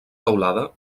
teulada